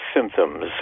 symptoms